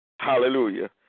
hallelujah